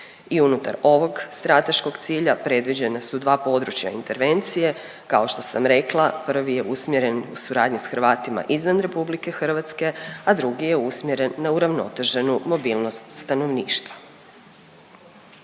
i unutar ovog strateškog cilja predviđena su dva područja intervencije kao što sam rekla prvi je usmjeren u suradnji s Hrvatima izvan RH, a drugi je usmjeren na uravnoteženu mobilnost stanovništva.